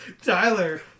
Tyler